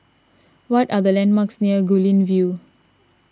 what are the landmarks near Guilin View